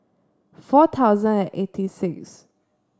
four thousand and eighty sixth